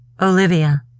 Olivia